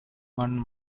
one